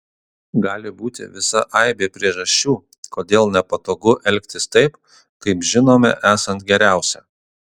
gali būti visa aibė priežasčių kodėl nepatogu elgtis taip kaip žinome esant geriausia